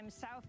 South